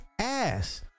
ass